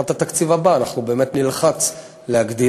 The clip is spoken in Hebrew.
לקראת התקציב הבא אנחנו באמת נלחץ להגדיל,